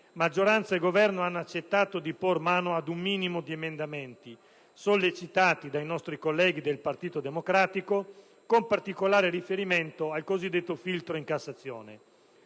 maggioranza e Governo hanno accettato di por mano ad un minimo di emendamenti sollecitati dai nostri colleghi del Partito Democratico, con particolare riferimento al cosiddetto filtro in Cassazione.